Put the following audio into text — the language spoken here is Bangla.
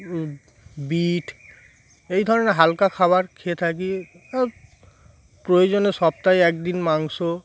বিট এই ধরনের হালকা খাবার খেয়ে থাকি প্রয়োজ সপ্তাহে একদিন মাংস